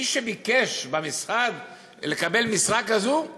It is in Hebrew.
מי שביקש במשרד לקבל משרה כזו,